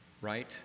right